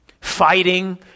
fighting